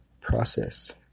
process